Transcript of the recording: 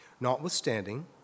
Notwithstanding